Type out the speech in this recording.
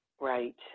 Right